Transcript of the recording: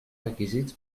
requisits